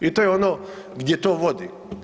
I to je ono gdje to vodi.